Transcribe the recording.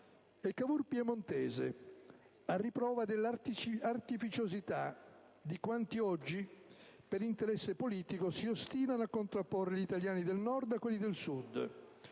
e Cavour piemontese, a riprova dell'artificiosità di quanti oggi, per interesse politico, si ostinano a contrapporre gli italiani del Nord a quelli del Sud,